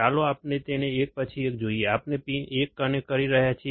ચાલો આપણે તેમને એક પછી એક જોઈએ આપણે 1 કનેક્ટ કરી રહ્યા નથી